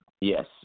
Yes